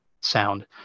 sound